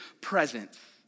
presence